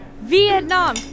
Vietnam